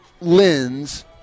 lens –